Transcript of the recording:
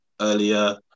earlier